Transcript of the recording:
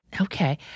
Okay